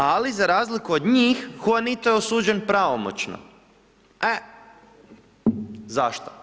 Ali za razliku od njih, Huanito je osuđen pravomoćno, e, zašto?